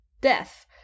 death